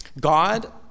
God